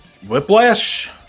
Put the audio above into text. Whiplash